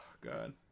god